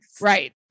Right